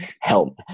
Help